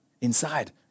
inside